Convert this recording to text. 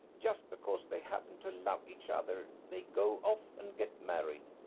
just because they happen to love each other they go off and get married,